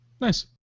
Nice